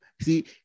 see